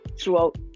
throughout